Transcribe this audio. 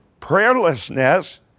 prayerlessness